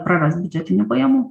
praras biudžetinių pajamų